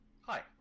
Hi